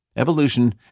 evolution